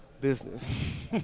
business